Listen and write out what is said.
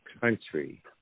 country